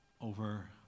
over